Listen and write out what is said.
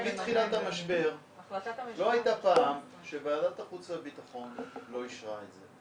מתחילת המשבר לא הייתה פעם שבה ועדת החוץ והביטחון לא אישרה את זה.